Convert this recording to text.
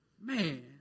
Man